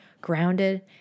grounded